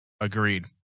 Agreed